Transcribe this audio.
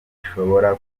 bishobora